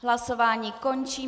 Hlasování končím.